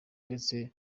ndetse